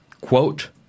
quote